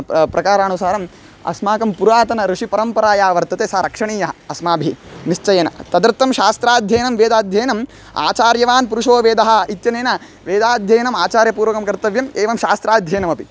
प्र प्रकारानुसारम् अस्माकं पुरातनी ऋषिपरम्परा या वर्तते सा रक्षणीया अस्माभिः निश्चयेन तदर्थं शास्त्राध्ययनं वेदाध्ययनम् आचार्यवान् पुरुषोवेदः इत्यनेन वेदाध्ययनम् आचार्यपूर्वकं कर्तव्यम् एवं शास्त्राध्ययनमपि